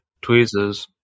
Tweezers